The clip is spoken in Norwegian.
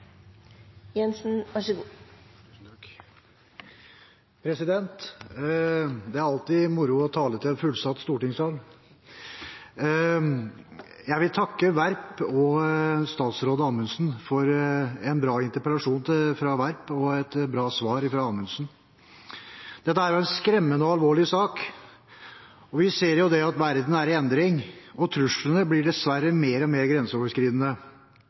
det var en bra interpellasjon fra Werp og et bra svar fra Amundsen. Dette er jo en skremmende og alvorlig sak. Vi ser at verden er i endring, og truslene blir dessverre mer og mer grenseoverskridende.